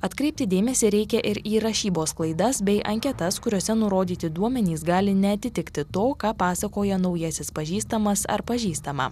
atkreipti dėmesį reikia ir į rašybos klaidas bei anketas kuriose nurodyti duomenys gali neatitikti to ką pasakoja naujasis pažįstamas ar pažįstama